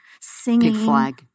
singing